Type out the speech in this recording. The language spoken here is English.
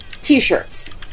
T-shirts